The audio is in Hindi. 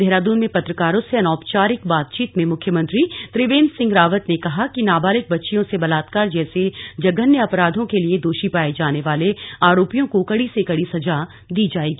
देहरादून में पत्रकारों से अनौपचारिक बातचीत में मुख्यमंत्री त्रिवेन्द्र सिंह रावत ने कहा कि नाबालिग बच्चियों से बलात्कार जैसे जघन्य अपराधों के लिए दोषी पाए जाने वाले आरोपियों को कड़ी से कड़ी सजा दी जाएगी